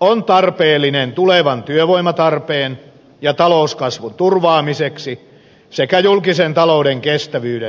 on tarpeellinen tulevan työvoimatarpeen ja talouskasvun turvaamiseksi sekä julkisen talouden kestävyyden vahvistamiseksi